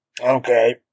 okay